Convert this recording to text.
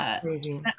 Crazy